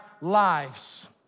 lives